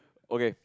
okay